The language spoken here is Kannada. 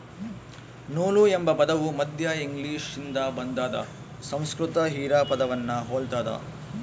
ನೂಲು ಎಂಬ ಪದವು ಮಧ್ಯ ಇಂಗ್ಲಿಷ್ನಿಂದ ಬಂದಾದ ಸಂಸ್ಕೃತ ಹಿರಾ ಪದವನ್ನು ಹೊಲ್ತದ